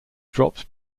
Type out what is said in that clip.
dropped